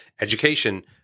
education